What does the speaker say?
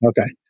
Okay